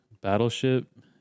Battleship